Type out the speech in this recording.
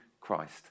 Christ